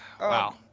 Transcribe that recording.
Wow